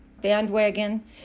bandwagon